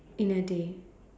in a day